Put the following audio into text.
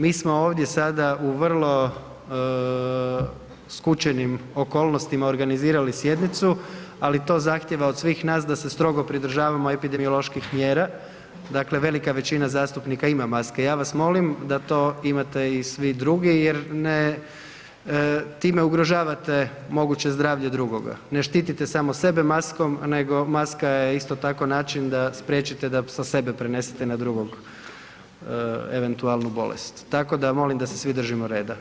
Mi smo ovdje sada u vrlo skučenim okolnostima organizirali sjednicu, ali to zahtijeva od svih nas da se strogo pridržavamo epidemioloških mjera, dakle velika većina zastupnika ima maske, ja vas molim da to imate i svi drugi jer time ugrožavate moguće zdravlje drugoga, ne štitite samo sebe maskom nego maska je isto tako način da spriječite da sa sebe prenesete na drugog eventualnu bolest, tako da molim da se držimo reda.